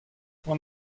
poan